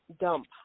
dump